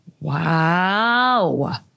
Wow